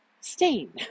stain